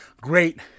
great